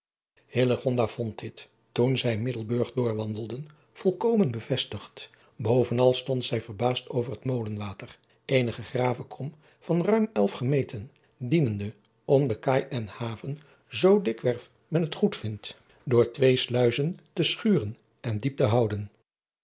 vond dit toen zij iddelburg doorwandelden volkomen bevestigd ovenal stond zij verbaasd over het olenwater eene gegraven kom van ruim elf gemeten dienende om de kaai en haven zoo dikwerf men het goedvindt door twee sluizen te schuren en diep te houden